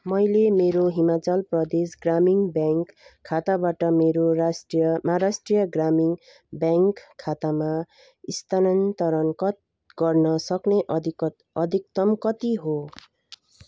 मैले मेरो हिमाचल प्रदेश ग्रामीण ब्याङ्क खाताबाट मेरो राष्ट्रिय महाराष्ट्रिय ग्रामीण ब्याङ्क खातामा स्थानान्तरण कत् गर्न सक्ने अधिकत अधिकतम कति हो